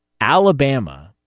Alabama